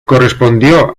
correspondió